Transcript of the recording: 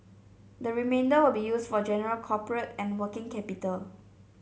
the remainder will be used for general corporate and working capital